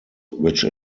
which